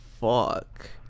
fuck